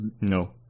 no